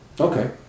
Okay